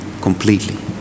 completely